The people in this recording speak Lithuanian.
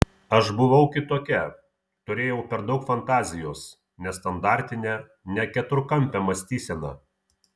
aš buvau kitokia turėjau per daug fantazijos nestandartinę ne keturkampę mąstyseną